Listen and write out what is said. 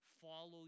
follow